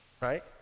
right